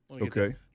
Okay